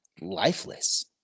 lifeless